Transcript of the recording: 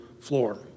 floor